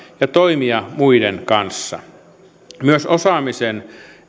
ja toimia muiden kanssa myös osaamisen